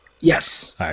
Yes